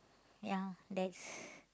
ya that's